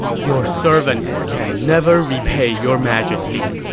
your servant can never repay your majesty,